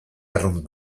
arrunt